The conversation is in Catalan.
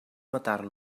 matar